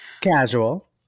Casual